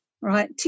right